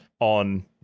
on